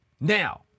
Now